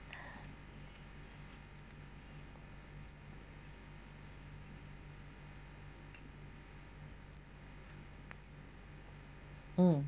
mm